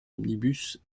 omnibus